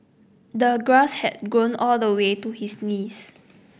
the grass had grown all the way to his knees